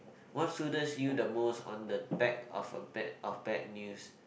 what soothes you the most on the back of a bad of bad news